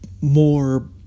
more